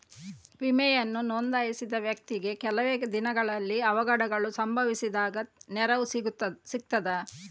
ವಿಮೆಯನ್ನು ನೋಂದಾಯಿಸಿದ ವ್ಯಕ್ತಿಗೆ ಕೆಲವೆ ದಿನಗಳಲ್ಲಿ ಅವಘಡಗಳು ಸಂಭವಿಸಿದಾಗ ನೆರವು ಸಿಗ್ತದ?